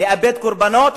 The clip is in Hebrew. לאבד קורבנות,